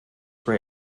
ray